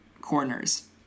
corners